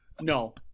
no